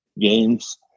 games